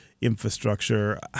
infrastructure